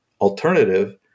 alternative